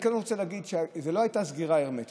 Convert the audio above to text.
אני כן רוצה להגיד שזו לא הייתה סגירה הרמטית.